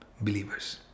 believers